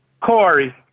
Corey